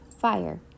fire